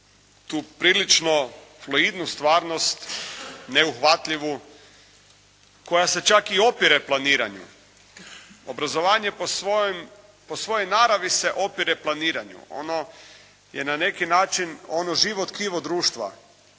tu prilično fluidnu stvarnost neuhvatljivu koja se čak i opire planiranju. Obrazovanje po svojoj naravi se opire planiranju. Ono je na neki način život tkivo društva,